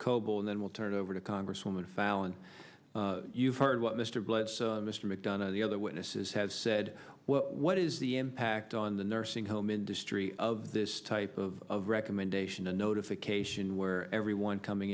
coble and then we'll turn it over to congresswoman fallon you've heard what mr blitzer mr mcdonough the other witnesses have said well what is the impact on the nursing home industry of this type of recommendation a notification where everyone coming